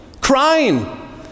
crying